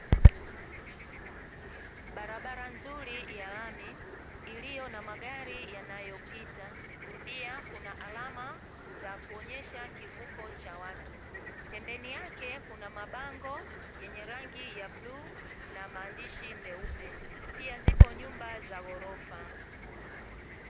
Barabara nzuri ya rami iliyo na magari yanayo pita, pia kuna alama za kuoonyesha kivuko cha watu. Pembeni yake kuna mabango yenye rangi ya bluu na maandishi meupe, pia zipo nyumba za gorofa.